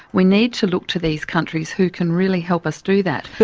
we need to look to these countries who can really help us do that.